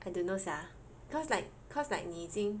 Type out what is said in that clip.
I dunno sia cause like cause like 你已经